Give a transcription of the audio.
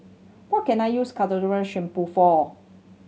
what can I use Ketoconazole Shampoo for